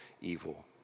evil